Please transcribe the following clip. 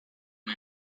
the